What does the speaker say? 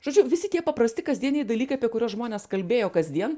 žodžiu visi tie paprasti kasdieniai dalykai apie kuriuos žmonės kalbėjo kasdien